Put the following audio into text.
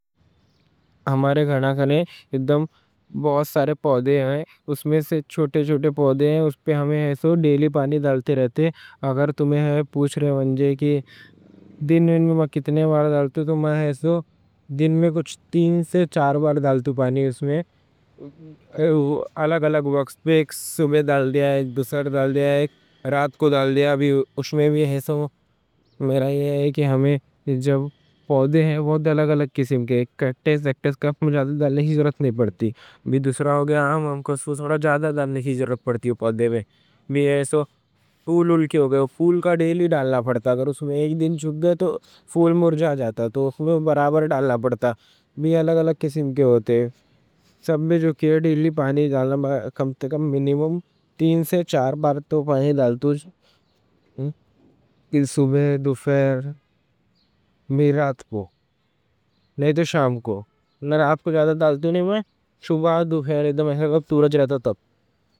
ہمارے گھر میں بہت سارے پودے ہیں، اس میں چھوٹے چھوٹے پودے ہیں، ہم ایسو ڈیلی پانی ڈالتے رہتے۔ اگر تمہیں پوچھ رہے کہ دن میں کتنے بار ڈالتو تو میں ایسو دن میں تین سے چار بار ڈالتو۔ ایک صبح میں ڈال دیا، ایک دوپہر میں، ایک رات کو؛ نہیں تو شام کو۔ پھول کو ڈیلی پانی ڈالنا پڑتا، اگر ایک دن چھک گئے تو پھول مرجھا جاتا، اس میں برابر ڈالنا پڑتا۔ الگ الگ قسم کے ہوتے، کچھ میں زیادہ ڈالنے کی ضرورت نہیں پڑتی، دوسرا ہوگا ہم کو سوڑا زیادہ ڈالنے کی ضرورت پڑتی۔ سب میں جو کیا، ڈیلی پانی ڈالتو، منیمم تین سے چار بار۔ رات کو زیادہ ڈالتو نہیں۔